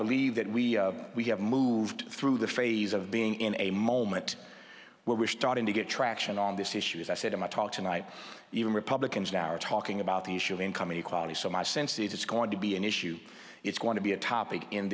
believe that we we have moved through the phase of being in a moment where we're starting to get traction on this issue as i said in my talk tonight even republicans now are talking about the issue of income inequality so my sense is it's going to be an issue it's going to be a topic in